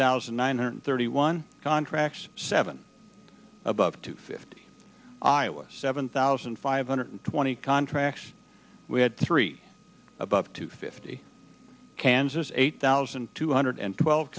thousand nine hundred thirty one contracts seven above to fifty iowa seven thousand five hundred twenty contracts we had three above two fifty kansas eight thousand two hundred and twelve